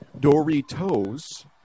Doritos